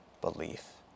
belief